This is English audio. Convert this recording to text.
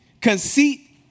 conceit